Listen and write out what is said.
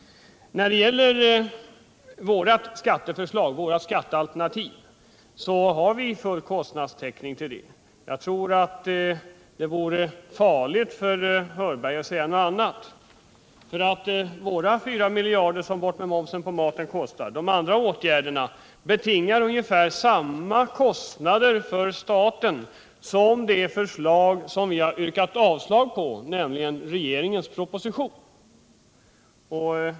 För vårt skattealternativ har vi full kostnadstäckning. Det vore farligt för herr Hörberg att säga något annat. Ett slopande av mervärdeskatteeffekten på mat jämte de övriga åtgärder vi har föreslagit betingar ungefär samma kostnader för staten som det förslag som vi har yrkat avslag på, nämligen regeringens proposition.